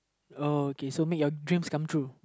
uh okay so make your dreams come true